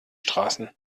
straßen